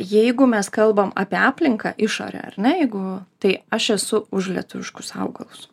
jeigu mes kalbam apie aplinką išorę ar ne jeigu tai aš esu už lietuviškus augalus